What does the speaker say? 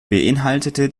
beinhaltete